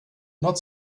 not